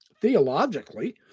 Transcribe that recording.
Theologically